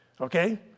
okay